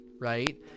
right